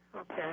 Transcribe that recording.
Okay